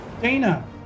Dana